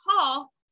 call